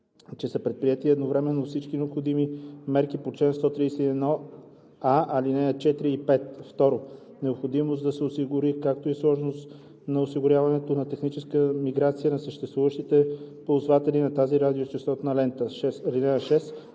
че са предприети своевременно всички необходими мерки по чл. 131а, ал. 4 и 5; 2. необходимост да се осигури, както и сложност на осигуряването на техническата миграция на съществуващите ползватели на тази радиочестотна лента. (6)